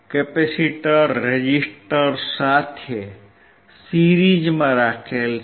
capacitor resistor સાથે series માં રાખેલ છે